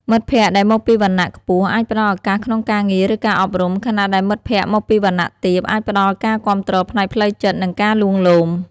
មិត្តភក្តិដែលមកពីវណ្ណៈខ្ពស់អាចផ្តល់ឱកាសក្នុងការងារ ឬការអប់រំ ខណៈដែលមិត្តភក្តិមកពីវណ្ណៈទាបអាចផ្តល់ការគាំទ្រផ្នែកផ្លូវចិត្តនិងការលួងលោម។